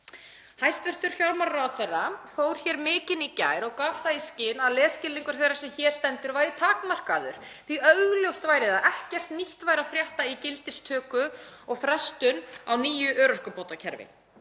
Hæstv. fjármálaráðherra fór hér mikinn í gær og gaf það í skyn að lesskilningur þeirrar sem hér stendur væri takmarkaður því augljóst væri að ekkert nýtt væri að frétta í gildistöku og frestun á nýju örorkubótakerfi.